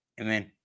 Amen